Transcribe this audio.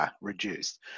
Reduced